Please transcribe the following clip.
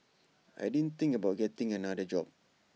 I didn't think about getting another job